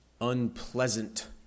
unpleasant